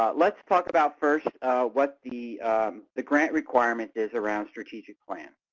ah let's talk about first what the the grant requirement is around strategic plan,